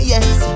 Yes